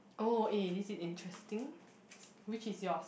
oh eh this is interesting which is yours